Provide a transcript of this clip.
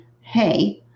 hey